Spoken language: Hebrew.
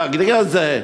להגדיר את זה,